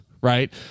right